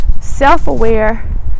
self-aware